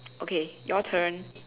okay your turn